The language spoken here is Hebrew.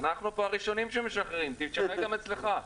אנחנו הראשונים שמשחררים, תשחרר גם אצלך.